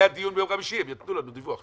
זה הדיון ביום חמישי, הם ייתנו לנו דיווח.